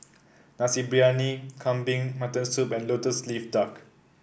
Nasi Briyani Kambing Mutton Soup and lotus leaf duck